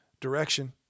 direction